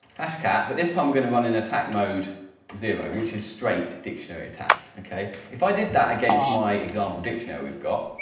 hashcat, but this time we're going to run in attack mode zero, which is straight dictionary attack. okay, if i did that against my example dictionary that we've got,